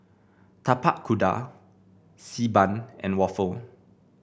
Tapak Kuda Xi Ban and waffle